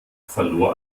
verlor